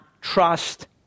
trust